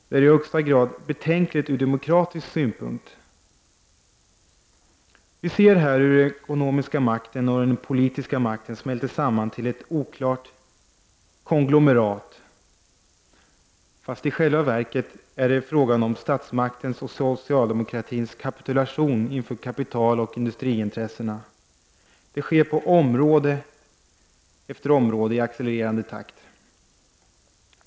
Det är även i högsta grad betänkligt ur demokratisk synpunkt. Vi ser här hur den ekonomiska makten och den politiska makten smälter samman till ett oklart konglomerat. Men i själva verket är det fråga om statsmaktens och socialdemokratins kapitulation inför kapitaloch industriintressena. Detta sker på område efter område i accelererande takt.